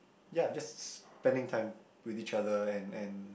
ya just spending time with each other and and